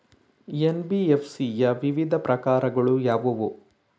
NBFC ಯ ವಿವಿಧ ಪ್ರಕಾರಗಳು ಯಾವುವು?